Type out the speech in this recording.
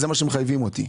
זה מה שמחייבים אותי.